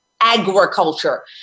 agriculture